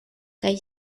kaj